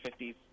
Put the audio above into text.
50s